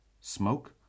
Smoke